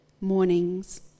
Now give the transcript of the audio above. mornings